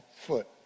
foot